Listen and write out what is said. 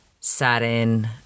satin